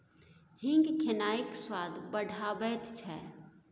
हींग खेनाइक स्वाद बढ़ाबैत छै